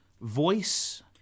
voice